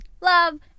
Love